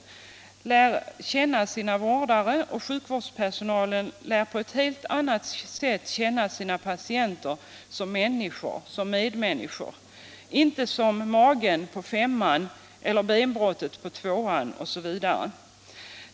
Patienten lär känna sina vårdare, och sjukvårdspersonalen lär på ett helt annat sätt känna sina patienter som medmänniskor - inte som magen på femman eller benbrottet på tvåan, osv.